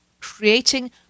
creating